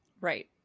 Right